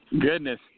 Goodness